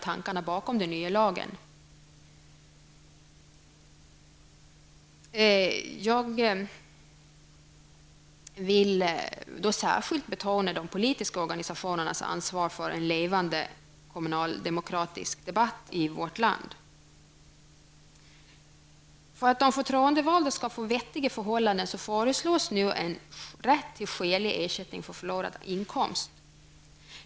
Jag vill då särskilt betona de politiska organisationernas ansvar för en levande kommunaldemokratisk debatt i vårt land. För att de förtroendevalda skall få vettiga förhållanden föreslås nu rätt till skälig ersättning för förlorad inkomst.